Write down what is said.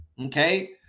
Okay